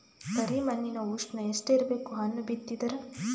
ಕರಿ ಮಣ್ಣಿನ ಉಷ್ಣ ಎಷ್ಟ ಇರಬೇಕು ಹಣ್ಣು ಬಿತ್ತಿದರ?